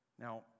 Now